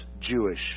Jewish